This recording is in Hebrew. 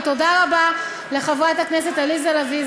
ותודה רבה לחברות הכנסת עליזה לביא,